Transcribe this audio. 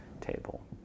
table